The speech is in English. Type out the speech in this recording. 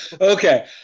okay